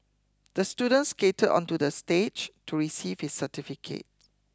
the student skated onto the stage to receive his certificate